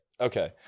Okay